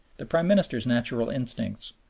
the prime minister's natural instincts,